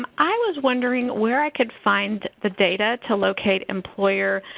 um i was wondering where i could find the data to locate employer,